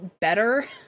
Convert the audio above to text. better